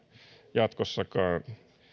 jatkossakaan